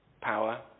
power